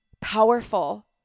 powerful